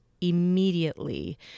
immediately